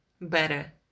better